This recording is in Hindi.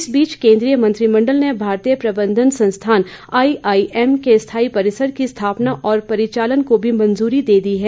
इस बीच केंद्रीय मंत्रिमंडल ने भारतीय प्रबंधन संस्थान आईआईएम के स्थायी परिसरों की स्थापना और परिचालन को भी मंजूरी दे दी है